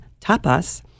tapas